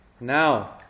now